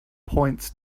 points